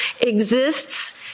exists